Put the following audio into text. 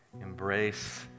embrace